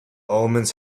omens